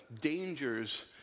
dangers